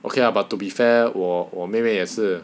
okay lah but to be fair 我我妹妹也是